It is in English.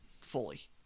fully